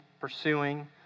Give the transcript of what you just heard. pursuing